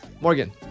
Morgan